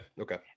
Okay